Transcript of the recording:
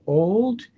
old